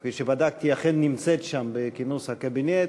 כפי שבדקתי אכן נמצאת שם, בכינוס הקבינט.